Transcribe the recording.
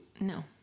No